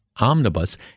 omnibus